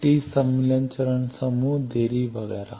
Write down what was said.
T सम्मिलन चरण समूह देरी वगैरह